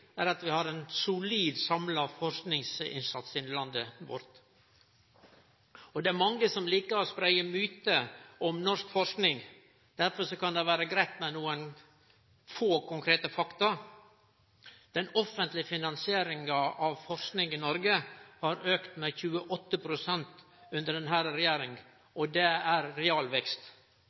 er at vi har ein solid samla forskingsinnsats i landet vårt. Det er mange som likar å spreie mytar om norsk forsking. Derfor kan det vere greitt med nokre få, konkrete fakta. Den offentlege finansieringa av forsking i Noreg har auka med 28 pst. under denne regjeringa. Det er